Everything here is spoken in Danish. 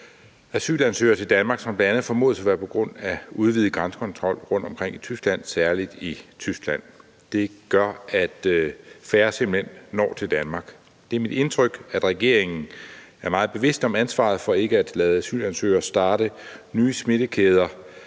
asylansøgere til Danmark, hvilket bl.a. formodes at være på grund af udvidet grænsekontrol rundtomkring – særligt i Tyskland. Det gør, at færre simpelt hen når til Danmark. Det er mit indtryk, at regeringen er meget bevidst om ansvaret for ikke at lade asylansøgere starte nye smittekæder,